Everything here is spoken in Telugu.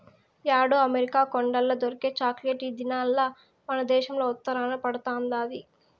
యాడో అమెరికా కొండల్ల దొరికే చాక్లెట్ ఈ దినాల్ల మనదేశంల ఉత్తరాన పండతండాది